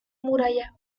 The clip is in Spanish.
muralla